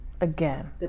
again